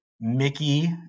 Mickey